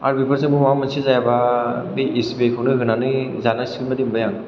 आरो बेफोरजोंबो माबा मोनसे जायाबा बे एसबीआईखौनो होनानै जानांसिगोन बायदि मोनबाय आं